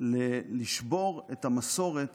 לשבור את המסורת